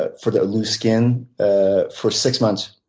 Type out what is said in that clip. but for the loose skin ah for six months.